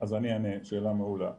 אני אענה, שאלה מעולה.